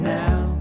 now